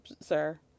sir